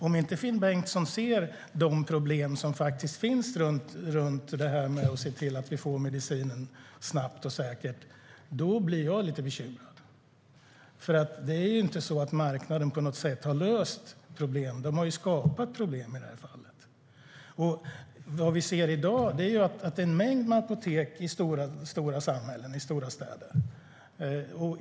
Om Finn Bengtsson inte ser de problem som faktiskt finns när det gäller att se till att vi får medicin snabbt och säkert blir jag lite bekymrad. Det är inte så att marknaden på något sätt har löst problemen. I det här fallet har den skapat problem. I dag ser vi att det är en mängd apotek i stora samhällen och städer.